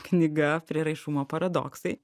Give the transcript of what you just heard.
knyga prieraišumo paradoksai